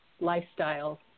lifestyle